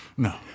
No